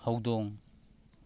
ꯍꯧꯗꯣꯡ